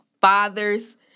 fathers